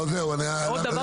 הדבר